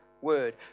word